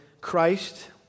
Christ